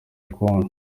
congo